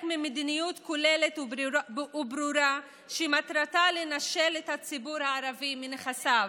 ממדיניות כוללת וברורה שמטרתה לנשל את הציבור הערבי מנכסיו,